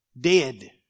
dead